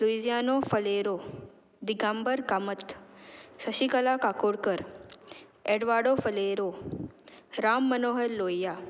लुयजियनो फालेरो दिगंबर कामत शशिकला काकोडकर एडवाडो फालेरो राम मनोहर लोहया